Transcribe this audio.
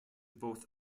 both